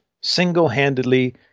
single-handedly